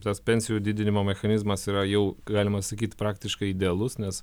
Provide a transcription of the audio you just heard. tas pensijų didinimo mechanizmas yra jau galima sakyt praktiškai idealus nes